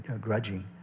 grudging